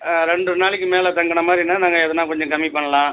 ரெண்டு நாளைக்கு மேலே தங்குன மாதிரினா நாங்கள் எதனால் கொஞ்சம் கம்மி பண்ணலாம்